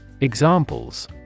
Examples